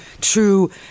true